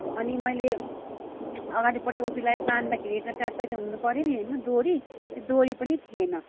अनि मैले अगाडिको टोपीलाई बाँध्दाखेरि त ट्याप्पै त हुनुपऱ्यो नि होइन डोरी त्यो डोरी पनि थिएन